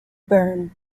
bern